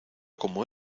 como